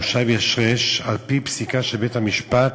למושב ישרש, על-פי פסיקה של בית-המשפט,